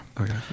okay